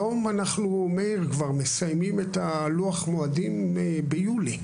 היום אנחנו כבר מסיימים את לוח המועדים ביולי.